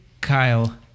Kyle